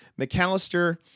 McAllister